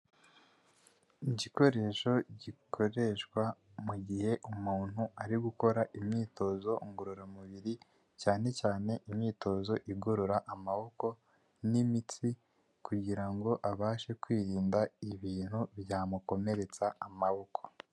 Igikoresho gikoreshwa mu gihe umuntu ari gukora imyitozo ngororamubiri, cyane cyane imyitozo igorora amaboko n'imitsi kugira ngo abashe kwirinda ibintu byamukomeretsa amaboko.